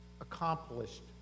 accomplished